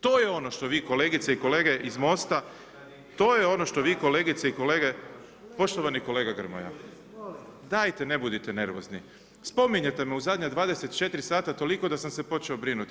To je ono što vi kolegice i kolege iz Mosta, to je ono što vi kolegice i kolege, poštovani kolega Grmoja, dajte ne budite nervozni, spominjete me u zadnja 24 sata toliko da sam se počeo brinuti.